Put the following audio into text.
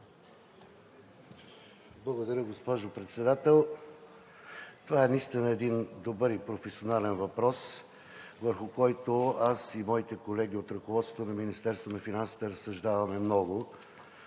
Благодаря, госпожо Председател. Това е наистина добър, професионален въпрос, върху който аз и моите колеги от ръководството на Министерството на финансите разсъждаваме много.